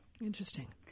Interesting